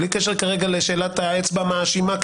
בלי קשר כרגע לשאלת האצבע המאשימה,